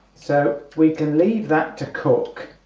so we can leave that to cook